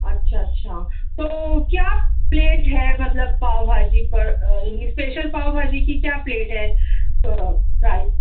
اچھا اچھا تو کیا پلیٹ ہے مطلب پاؤ بھاجی پر یعنی اسپیشل پاؤ بھاجی کی کیا پلیٹ ہے پرائز